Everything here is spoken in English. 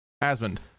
Asmund